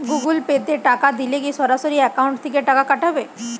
Google Pay তে টাকা দিলে কি সরাসরি অ্যাকাউন্ট থেকে টাকা কাটাবে?